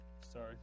Sorry